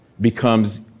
becomes